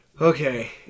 okay